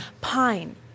Pine